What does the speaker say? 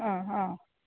ആ ഹാ